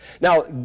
Now